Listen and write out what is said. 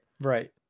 Right